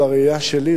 בראייה שלי,